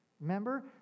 Remember